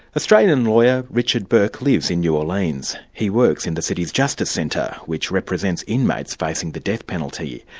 australian lawyer richard bourke lives in new orleans. he works in the city's justice centre, which represents inmates facing the death penalty.